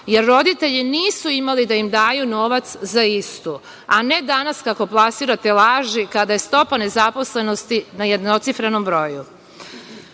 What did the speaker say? jer roditelji nisu imali da im daju novac za istu, a ne danas kako plasirate laži, kada je stopa nezaposlenosti na jednocifrenom broju. Dakle,